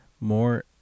more